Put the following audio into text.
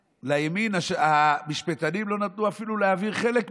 לימין, המשפטנים לא נתנו אפילו להעביר חלק מזה.